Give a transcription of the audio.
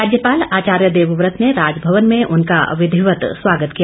राज्यपाल आचार्य देवव्रत ने राजभवन में उनका विधिवत स्वागत किया